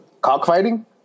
cockfighting